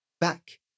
back